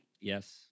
Yes